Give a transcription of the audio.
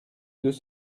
deux